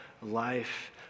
life